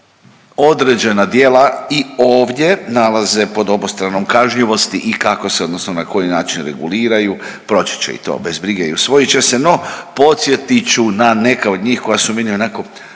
određena djela i ovdje nalaze pod obostranom kažnjivosti i kako se odnosno na koji način reguliraju, proći će i to bez brige i usvojit će se. No podsjetit ću na neke od njih koja su meni onako